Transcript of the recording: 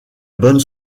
bonne